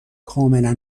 کاملا